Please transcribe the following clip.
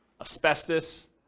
asbestos